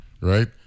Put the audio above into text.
right